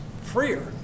freer